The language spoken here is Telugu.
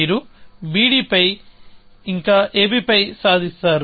మీరు bd పై ఇంకా ab పై సాధిస్తారు